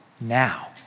now